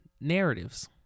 narratives